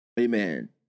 Amen